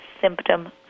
symptom